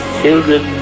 children